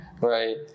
right